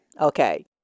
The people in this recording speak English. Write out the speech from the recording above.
Okay